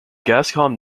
gascon